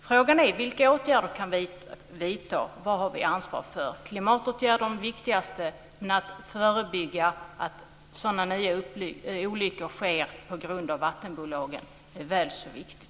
Frågan är vilka åtgärder vi kan vidta. Vad har vi ansvar för? Klimatåtgärder är det viktigaste, men att förebygga att nya sådana här olyckor sker på grund av vattenbolagen är väl så viktigt.